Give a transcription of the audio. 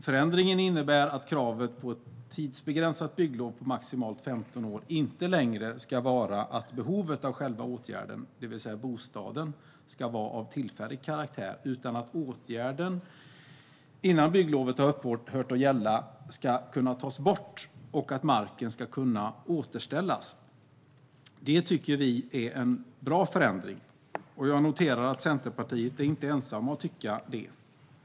Förändringen innebär att kravet på tidsbegränsat bygglov på maximalt 15 år inte längre ska vara att behovet av själva åtgärden, det vill säga bostaden, ska vara av tillfällig karaktär, utan att åtgärden innan bygglovet har upphört att gälla ska kunna tas bort och att marken ska kunna återställas. Det tycker vi är en bra förändring, och jag noterar att Centerpartiet inte är ensamt om att tycka det.